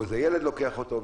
או שאיזה ילד לוקח אותו,